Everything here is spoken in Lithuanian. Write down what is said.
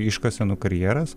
iškasenų karjeras